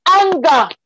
anger